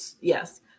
yes